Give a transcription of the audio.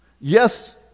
Yes